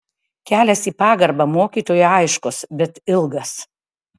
kelias į pagarbą mokytojui aiškus bet ilgas